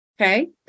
okay